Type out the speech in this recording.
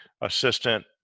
assistant